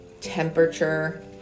temperature